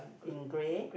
in grey